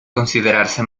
considerarse